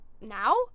now